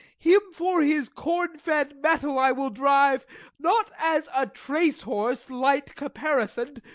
him for his corn-fed mettle i will drive not as a trace-horse, light-caparisoned,